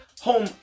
home